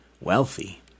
wealthy